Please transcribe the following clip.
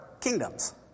kingdoms